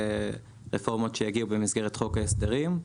רפורמות שיגיעו במסגרת חוק ההסדרים.